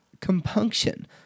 compunction